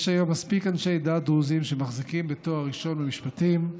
יש היום מספיק אנשי דת דרוזים שמחזיקים בתואר ראשון במשפטים,